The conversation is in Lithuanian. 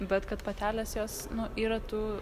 bet kad patelės jos nu yra tų